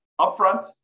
upfront